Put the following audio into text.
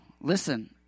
listen